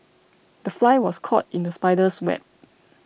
the fly was caught in the spider's web